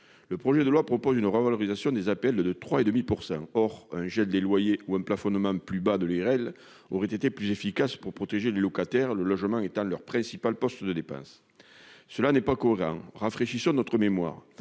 Le projet de loi propose une revalorisation des APL de 3,5 %. Or un gel des loyers ou un plafonnement inférieur de l'IRL auraient été plus efficaces pour protéger les locataires, dont le loyer représente le principal poste de dépense. Tout cela n'est pas cohérent. Rafraîchissons notre mémoire